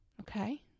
Okay